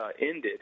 ended